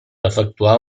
efectuar